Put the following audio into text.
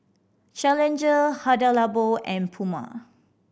Challenger Hada Labo and Puma